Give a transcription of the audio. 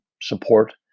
support